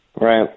Right